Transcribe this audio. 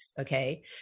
Okay